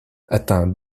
atteint